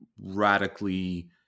radically